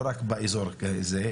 לא רק באזור הזה,